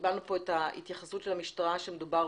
קיבלנו כאן את התייחסות המשטרה שמדובר